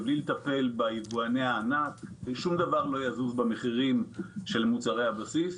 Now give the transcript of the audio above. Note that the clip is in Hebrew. ובלי לטפל ביבואני הענק שום דבר לא יזוז במחירים של מוצרי הבסיס.